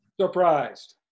surprised